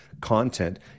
content